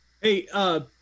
Hey